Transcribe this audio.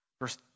Verse